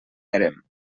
érem